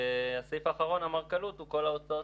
הסעיף האחרון אמרכלות הוא כל ההוצאות